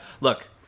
Look